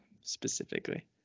specifically